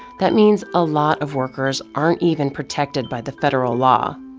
that means a lot of workers aren't even protec ted by the federal law.